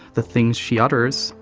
the things she utters,